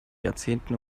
jahrzehnten